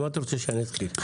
עם מה אתה רוצה שאני אתחיל?